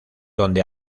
donde